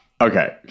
Okay